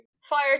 Fire